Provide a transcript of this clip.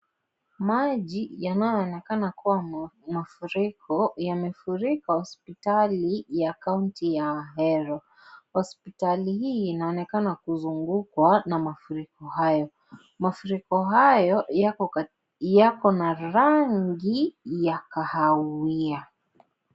Maji yanayoonekana kuwa mafuriko, yamefurika hosipitali ya kaunti ya Ahero, hosipitali hii inaonekana kuzungukwa na mafuriko hayo, mafuriko hayo yako na rangi ya kahawia.